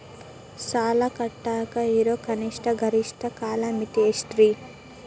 ಸಾಲ ಕಟ್ಟಾಕ ಇರೋ ಕನಿಷ್ಟ, ಗರಿಷ್ಠ ಕಾಲಮಿತಿ ಎಷ್ಟ್ರಿ?